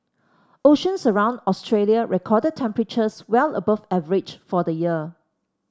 oceans around Australia recorded temperatures well above average for the year